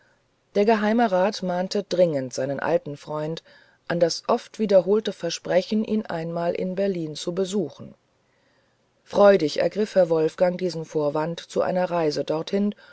der geheimerat mahnte dringend seinen alten freund an das oft wiederholte versprechen ihn einmal in berlin zu besuchen freudig ergriff herr wolfgang diesen vorwand zu einer reise dorthin